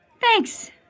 Thanks